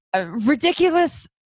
ridiculous